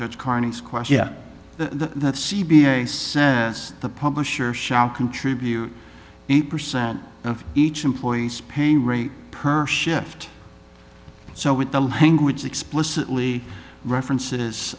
judge carney squash yeah that c b s the publisher shall contribute eight percent of each employees pay rate per shift so with the language explicitly references